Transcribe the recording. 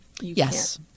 Yes